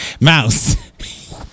Mouse